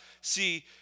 see